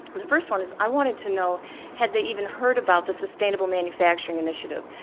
the first one is i wanted to know had they even heard about the sustainable manufacturing initiative.